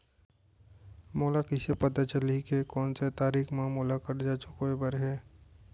मोला कइसे पता चलही के कोन से तारीक म मोला करजा चुकोय बर हे?